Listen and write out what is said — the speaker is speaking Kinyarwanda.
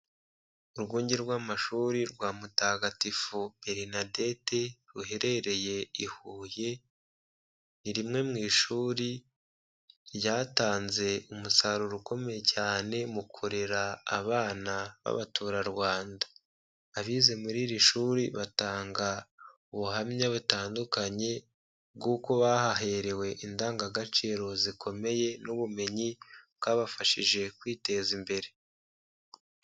Urwunge rw'amashuri rwa Mutagatifu Berinadete ruherereye i Huye, ni rimwe mu ishuri ryatanze umusaruro ukomeye cyane mu kurera abana b'abaturarwanda. Abize muri iri shuri, batanga ubuhamya butandukanye, bw'uko bahaherewe indangagaciro zikomeye n'ubumenyi bwabafashije kwiteza imbere.